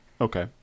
Okay